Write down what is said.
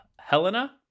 Helena